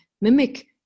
mimic